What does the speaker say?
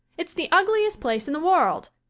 it's the ugliest place in the world.